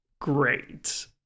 great